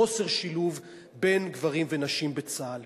חוסר שילוב בין גברים לנשים בצה"ל.